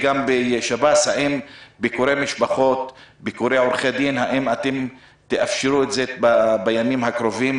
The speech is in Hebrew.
האם תאפשרו ביקורי משפחות ועורכי דין בימים הקרובים?